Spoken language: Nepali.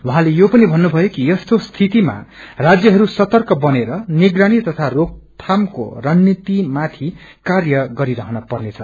उहाँले यो पनि भन्नुभ्यो कि यस्तो सिीतमा राज्यहरू सर्तक बनेर निगरानी तथा रोकथामको रणनीति माथि कार्य गरिरहन पर्नेछ